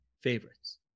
favorites